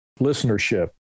listenership